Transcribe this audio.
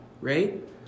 right